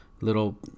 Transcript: little